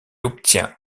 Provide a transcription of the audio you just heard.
obtient